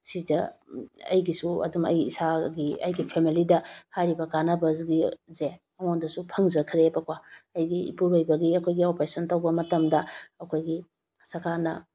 ꯁꯤꯁꯦ ꯑꯩꯒꯤꯁꯨ ꯑꯗꯨꯝ ꯑꯩ ꯏꯁꯥꯒꯤ ꯑꯩꯒꯤ ꯐꯦꯃꯤꯂꯤꯗ ꯍꯥꯏꯔꯤꯕ ꯀꯥꯟꯅꯕꯁꯤꯡ ꯑꯁꯦ ꯑꯩꯉꯣꯟꯗꯁꯨ ꯐꯪꯖꯈ꯭ꯔꯦꯕꯀꯣ ꯑꯩꯒꯤ ꯏꯄꯨꯔꯑꯣꯏꯕꯒꯤ ꯑꯣꯄꯔꯦꯁꯟ ꯇꯧꯕ ꯃꯇꯝꯗ ꯑꯩꯈꯣꯏꯒꯤ ꯁꯔꯀꯥꯔꯅ